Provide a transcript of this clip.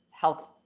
health